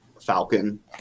Falcon